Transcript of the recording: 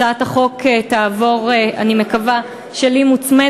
הצעת החוק תעבור, אני מקווה, שלי מוצמדת,